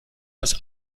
das